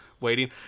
waiting